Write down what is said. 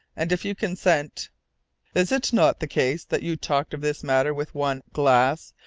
and if you consent is it not the case that you talked of this matter with one glass,